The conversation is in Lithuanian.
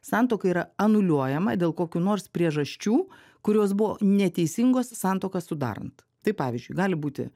santuoka yra anuliuojama dėl kokių nors priežasčių kurios buvo neteisingos santuoką sudarant tai pavyzdžiui gali būti